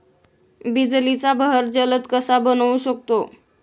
बिजलीचा बहर जलद कसा बनवू शकतो?